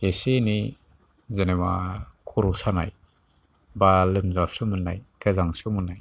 एसे एनै जेन'बा खर' सानाय बा लोमजास्रो मोननाय गोजांस्रिव मोननाय